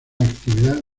actividad